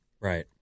right